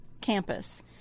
campus